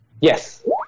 Yes